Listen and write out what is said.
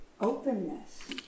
Openness